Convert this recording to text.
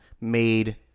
made